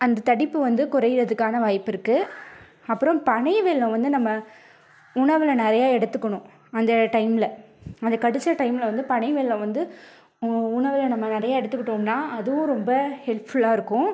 அந்தத் தடிப்பு வந்து குறைகிறதுக்கான வாய்ப்பு இருக்குது அப்புறம் பனை வெல்லம் வந்து நம்ம உணவில் நிறைய எடுத்துக்கணும் அந்த டைமில் அது கடித்த டைமில் வந்து பனைவெல்லம் வந்து உ உணவில் நம்ம நிறையா எடுத்துக்கிட்டோம்னால் அதுவும் ரொம்ப ஹெல்ப்ஃபுல்லாக இருக்கும்